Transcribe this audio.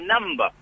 number